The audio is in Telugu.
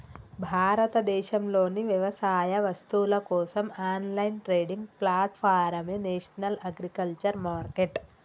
భారతదేశంలోని వ్యవసాయ వస్తువుల కోసం ఆన్లైన్ ట్రేడింగ్ ప్లాట్ఫారమే నేషనల్ అగ్రికల్చర్ మార్కెట్